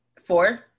four